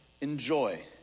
enjoy